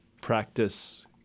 practice